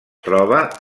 troba